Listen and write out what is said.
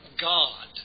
God